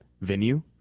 venue